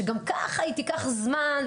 שגם ככה תיקח זמן,